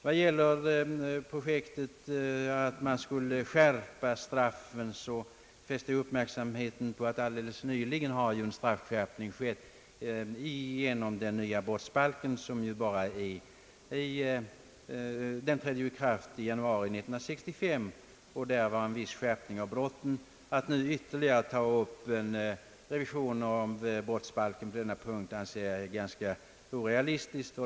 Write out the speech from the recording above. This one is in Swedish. Vad gäller projektet att skärpa straf fen fäster jag uppmärksamheten på att en straffskärpning helt nyligen skett genom den nya brottsbalken som trädde i kraft 1 januari 1965. Att nu begära en ytterligare revision av brottsbalken på denna punkt tycker jag är orealistiskt.